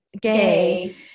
gay